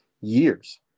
years